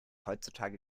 heutzutage